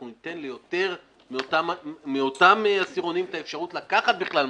ניתן ליותר מאותם עשירונים את האפשרות לקחת בכלל משכנתה,